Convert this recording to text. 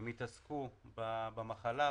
הם התעסקו במחלה,